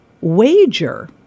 wager